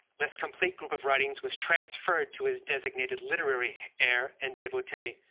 less complete group of writings was transferred to his designated literary heir and devotee,